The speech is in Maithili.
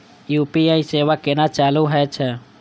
यू.पी.आई सेवा केना चालू है छै?